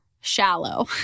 shallow